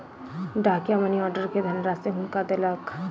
डाकिया money order के धनराशि हुनका देलक